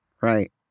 Right